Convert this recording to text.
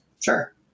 sure